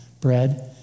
bread